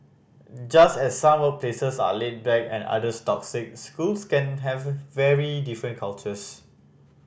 just as some workplaces are laid back and others toxic schools can have very different cultures